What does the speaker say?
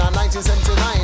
1979